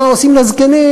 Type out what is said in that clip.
מה עושים לזקנים.